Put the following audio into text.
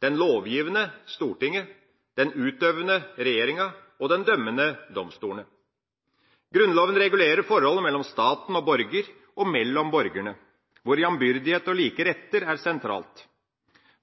den lovgivende; Stortinget, den utøvende; regjeringa og den dømmende; domstolene. Grunnloven regulerer forholdet mellom staten og borger og mellom borgerne, hvor jambyrdighet og like retter er sentralt.